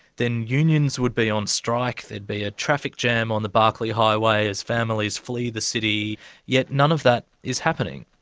then unions would be on strike, there'd be a traffic jam on the barkly highway as families flee the city, and yet none of that is happening.